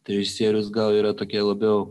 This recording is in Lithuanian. tai režisierius gal yra tokia labiau